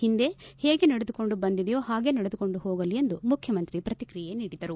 ಹಿಂದೆ ಹೇಗೆ ನಡೆದುಕೊಂಡು ಬಂದಿದೆಯೋ ಹಾಗೆ ನಡೆದುಕೊಂಡು ಹೋಗಲಿ ಎಂದು ಮುಖ್ಯಮಂತ್ರಿ ಪ್ರತಿಕ್ರಿಯೆ ನೀಡಿದರು